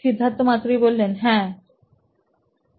Siddharth Maturi C E O নোইন electronics হ্যাঁ